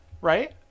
right